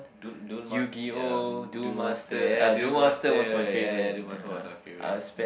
Duel Duel Mas~ um Duel-Master yeah Duel-Master yeah yeah Duel-Master was my favorite